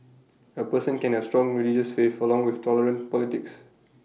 A person can have strong religious faith for long with tolerant politics